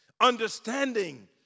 Understanding